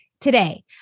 Today